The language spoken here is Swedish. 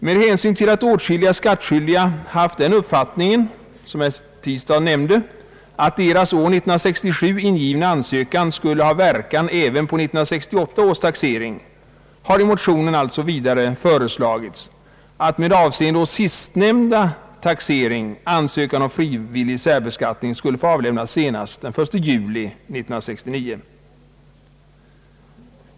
Med hänsyn till att åtskilliga skattskyldiga haft den uppfattningen, som herr Tistad nämnde, att deras år 1967 ingivna ansökan skulle ha verkan även på 1968 års taxering, har alltså i motionen vidare föreslagits att med avseende på sistnämnda taxering ansökan om frivillig särbeskattning skulle få avlämnas senast den 1 juli 1969.